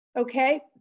Okay